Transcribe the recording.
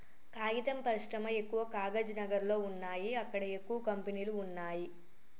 కాగితం పరిశ్రమ ఎక్కవ కాగజ్ నగర్ లో వున్నాయి అక్కడ ఎక్కువ కంపెనీలు వున్నాయ్